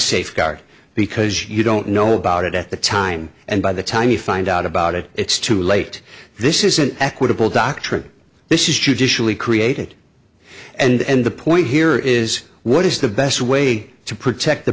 safeguard because you don't know about it at the time and by the time you find out about it it's too late this is an equitable doctrine this is judicially created and the point here is what is the best way to protect the